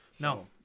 No